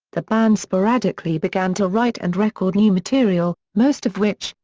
the band sporadically began to write and record new material, most of which,